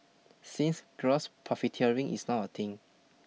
since gross profiteering is now a thing